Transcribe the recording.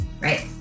Right